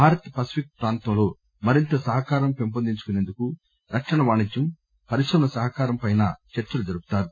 Bharat Pacific ప్రాంతంలో మరింత సహకారం పెంపొందించుకునేందుకు రక్షణ వాణిజ్యం పరిశ్రమల సహకారంపై చర్చలు జరుపుతారు